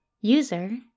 User